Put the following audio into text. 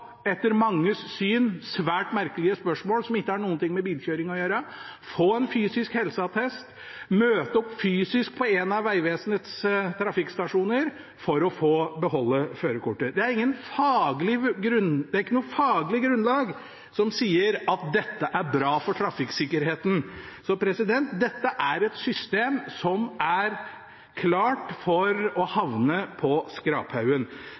etter manges syn er svært merkelige spørsmål, og som ikke har noe med bilkjøring å gjøre, få en fysisk helseattest og møte opp fysisk på en av Vegvesenets trafikkstasjoner for å få beholde førerkortet – er bra for trafikksikkerheten. Så dette er et system som er klar for å havne på skraphaugen. Derfor burde vi nå manne oss opp og sørge for at vi kan forenkle hverdagen for